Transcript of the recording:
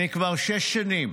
כבר שש שנים,